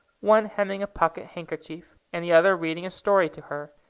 one hemming a pocket-handkerchief, and the other reading a story to her,